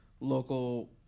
local